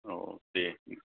औ दे होमबा